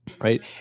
Right